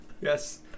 yes